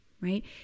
right